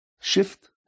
shift